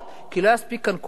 כי לי לא יספיק כאן כל הלילה.